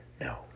No